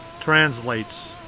translates